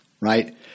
right